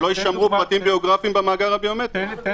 שלא יישמרו פרטים ביוגרפיים במאגר הביומטרי שם,